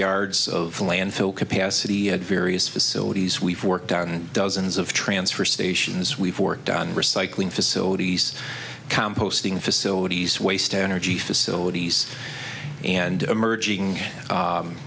yards of landfill capacity at various facilities we've worked on dozens of transfer stations we've worked on recycling facilities composting facilities waste energy facilities and emerging